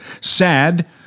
Sad